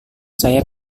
saya